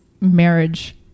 marriage